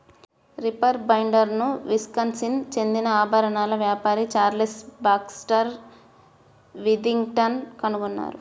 reaper బైండర్ను Wisconsin చెందిన ఆభరణాల వ్యాపారి చార్లెస్ బాక్స్టర్ విథింగ్టన్ కనుగొన్నారు